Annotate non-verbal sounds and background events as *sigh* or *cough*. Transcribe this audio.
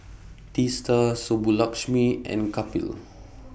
Teesta Subbulakshmi and Kapil *noise*